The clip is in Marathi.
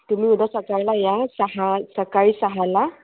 तुम्ही उद्या सकाळला या सहा सकाळी सहाला